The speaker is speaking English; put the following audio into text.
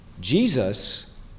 Jesus